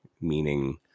meaning